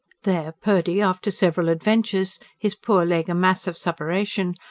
there purdy, after several adventures, his poor leg a mass of supuration,